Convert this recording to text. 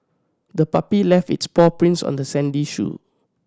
the puppy left its paw prints on the sandy shoe